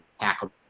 tackle